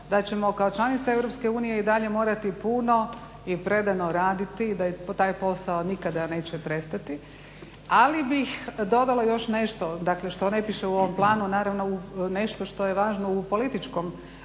da ćemo kao članica EU i dalje morati puno i predano raditi da taj posao nikada neće prestati, ali bih dodala još nešto što ne piše u ovom planu, naravno nešto što je važno u političkom smislu.